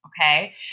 okay